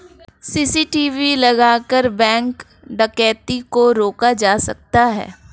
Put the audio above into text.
CCTV लगाकर bank डकैती को रोका जा सकता है